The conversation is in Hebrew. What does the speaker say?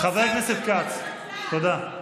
חבר הכנסת כץ, תודה.